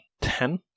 Ten